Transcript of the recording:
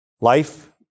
Life